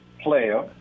player